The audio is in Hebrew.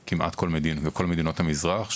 וכל מדינות המזרח.